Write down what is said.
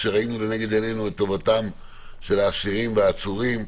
כשראינו לנגד עינינו את טובתם של האסירים והעצורים,